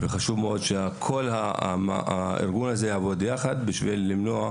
וחשוב מאוד שכל הארגון הזה יעבוד יחד במניעה.